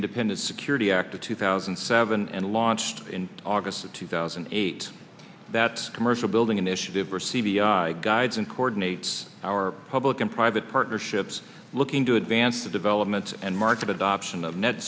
independence security act of two thousand and seven and launched in august of two thousand and eight that's commercial building initiative or c b i guides and coordinates our public and private partnerships looking to advance the development and market adoption of net